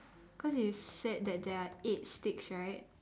cause you said that there are eight sticks right